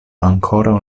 ankoraŭ